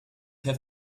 have